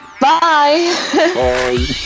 Bye